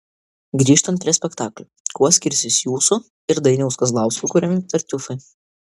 grįžtant prie spektaklio kuo skirsis jūsų ir dainiaus kazlausko kuriami tartiufai